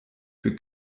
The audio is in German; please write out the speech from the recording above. wir